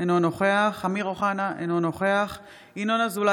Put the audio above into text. אינו נוכח אמיר אוחנה,